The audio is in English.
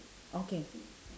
okay